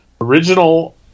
original